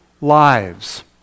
lives